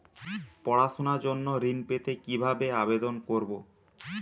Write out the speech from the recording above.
পড়াশুনা জন্য ঋণ পেতে কিভাবে আবেদন করব?